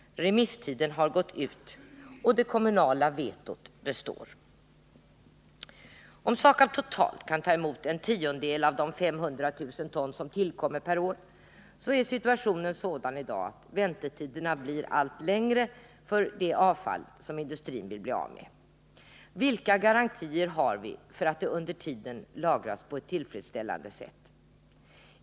Remisstiden har gått ut och det kommunala vetot består. Om SAKAB totalt kan ta emot en tiondel av de 500 000 ton som tillkommer per år, är situationen sådan i dag att väntetiderna blir allt längre för det avfall som industrin vill bli av med. Vilka garantier har vi för att avfallet under tiden lagras på ett tillfredsställande sätt?